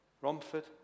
Romford